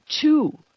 two